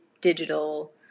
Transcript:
digital